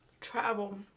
Travel